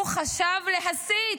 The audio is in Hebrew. הוא חשב להסית